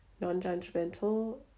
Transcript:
non-judgmental